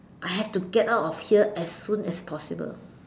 I have to get out of here as soon as possible